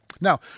Now